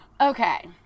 Okay